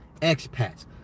expats